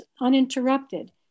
uninterrupted